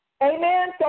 Amen